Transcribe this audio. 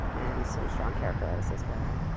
and some strong character artists as well.